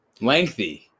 lengthy